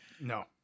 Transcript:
no